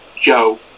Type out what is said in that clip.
Joe